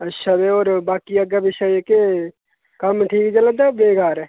अच्छा ते होर बाकी अग्गें पिच्छें जेह्के कम्म ठीक चलै दा बेकार ऐ